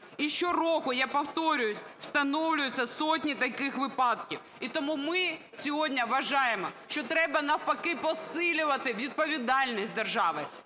І щороку, я повторююсь, встановлюються сотні таких випадків. І тому ми сьогодні вважаємо, що треба, навпаки, посилювати відповідальність держави,